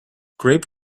grape